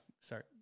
Sorry